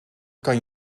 kan